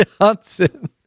johnson